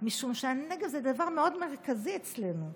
משום שהנגב זה דבר מאוד מרכזי אצלנו,